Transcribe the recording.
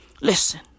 listen